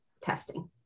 testing